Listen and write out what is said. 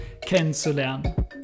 kennenzulernen